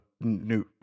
new